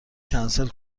کنسل